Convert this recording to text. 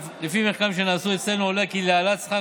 ממחקרים שנעשו אצלנו עולה כי להעלאת שכר